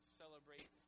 celebrate